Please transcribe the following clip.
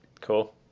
Cool